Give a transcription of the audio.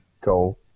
go